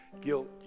guilt